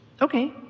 Okay